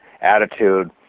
attitude